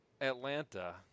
Atlanta